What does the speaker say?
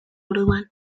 orduan